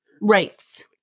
Right